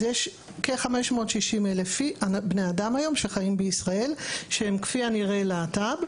אז יש כ-560,000 בני אדם היום שחיים בישראל שהם כפי הנראה להט"ב,